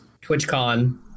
TwitchCon